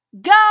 Go